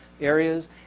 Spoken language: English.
areas